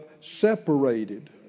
separated